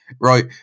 Right